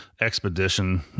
expedition